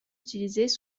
utilisés